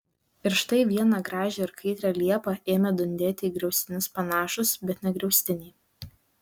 ir štai vieną gražią ir kaitrią liepą ėmė dundėti į griaustinius panašūs bet ne griaustiniai